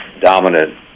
dominant